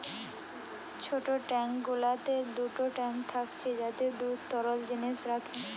ছোট ট্যাঙ্ক গুলোতে দুটো ট্যাঙ্ক থাকছে যাতে দুধ তরল জিনিস রাখে